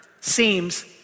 seems